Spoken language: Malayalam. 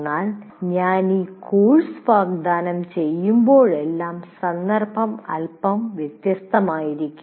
എന്നാൽ ഞാൻ ഈ കോഴ്സ് വാഗ്ദാനം ചെയ്യുമ്പോഴെല്ലാം സന്ദർഭം അല്പം വ്യത്യസ്തമാകും